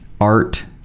Art